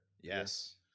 Yes